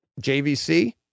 JVC